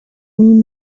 mean